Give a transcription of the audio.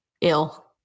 ill